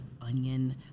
onion